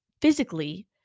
physically